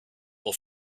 will